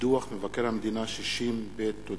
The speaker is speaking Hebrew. לדוח מבקר המדינה 60ב. תודה.